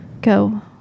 Go